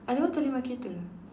I don't want telemarketer